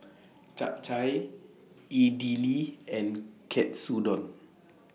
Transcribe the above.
Japchae Idili and Katsudon